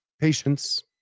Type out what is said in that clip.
Patience